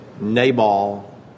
Nabal